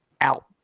out